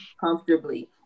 comfortably